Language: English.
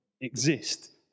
exist